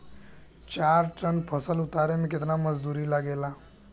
चार टन फसल उतारे में कितना मजदूरी लागेला?